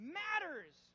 matters